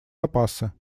запасы